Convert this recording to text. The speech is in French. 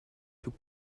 tout